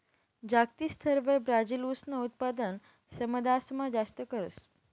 जागतिक स्तरवर ब्राजील ऊसनं उत्पादन समदासमा जास्त करस